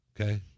Okay